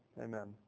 Amen